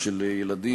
או של ילדים,